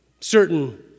certain